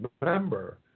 remember